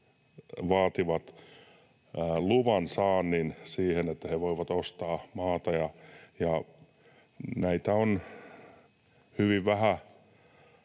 tarvitsevat luvan siihen, että he voivat ostaa maata. On hyvin vähän